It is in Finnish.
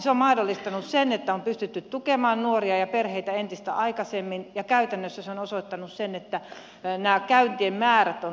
se on mahdollistanut sen että on pystytty tukemaan nuoria ja perheitä entistä aikaisemmin ja käytännössä se on osoittanut sen että nämä käyntien määrät ovat lyhentyneet